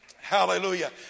Hallelujah